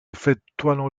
effettuano